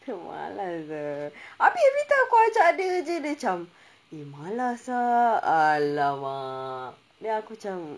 bukan malas ah habis every time aku ajak dia jer dia macam eh malas ah !alamak! then aku macam